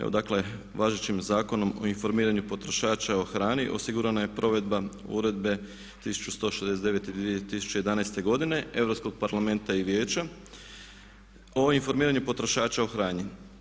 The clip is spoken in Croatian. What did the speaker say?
Evo dakle važećim zakonom o informiranju potrošača o hrani osigurana je provedba Uredbe 1169 i 2011. godine Europskog parlamenta i Vijeća o informiranju potrošača o hrani.